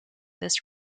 this